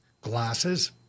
glasses